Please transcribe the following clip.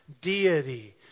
deity